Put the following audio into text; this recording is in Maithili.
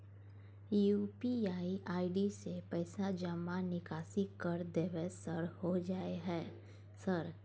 यु.पी.आई आई.डी से पैसा जमा निकासी कर देबै सर होय जाय है सर?